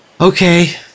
Okay